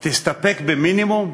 תסתפק במינימום,